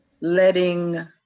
letting